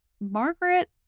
Margaret